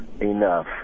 enough